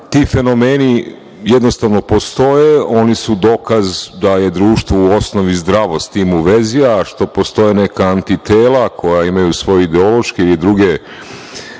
ti fenomeni jednostavno postoje, oni su dokaz da je društvo u osnovi zdravo s tim u vezi, a što postoje neka antitela koja imaju svoje ideološke i druge